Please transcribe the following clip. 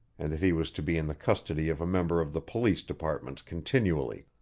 and that he was to be in the custody of a member of the police department continually.